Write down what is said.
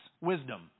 wisdom